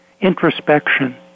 introspection